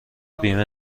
بیمه